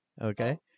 Okay